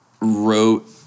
wrote